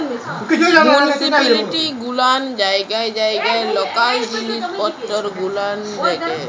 municipality গুলান জায়গায় জায়গায় লকাল জিলিস পত্তর গুলান দেখেল